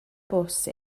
bws